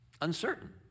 Uncertain